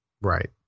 right